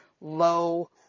low